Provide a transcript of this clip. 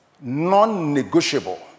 non-negotiable